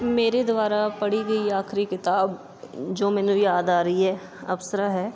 ਮੇਰੇ ਦੁਆਰਾ ਪੜ੍ਹੀ ਗਈ ਆਖਰੀ ਕਿਤਾਬ ਜੋ ਮੈਨੂੰ ਯਾਦ ਆ ਰਹੀ ਹੈ ਅਪਸਰਾ ਹੈ